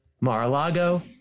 Mar-a-Lago